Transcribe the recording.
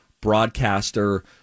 broadcaster